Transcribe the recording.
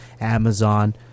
Amazon